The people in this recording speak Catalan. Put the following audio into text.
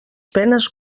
penes